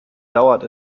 dauert